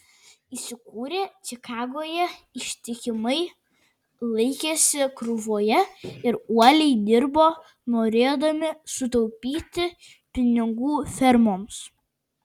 įsikūrę čikagoje ištikimai laikėsi krūvoje ir uoliai dirbo norėdami sutaupyti pinigų fermoms